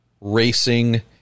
racing